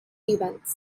events